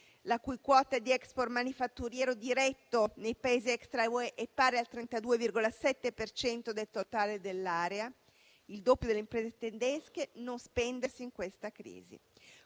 la cui quota di *export* manifatturiero diretto nei Paesi extraeuropei è pari al 32,7 per cento del totale dell'area (il doppio delle imprese tedesche), non spendersi in questa crisi;